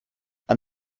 and